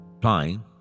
time